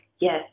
Yes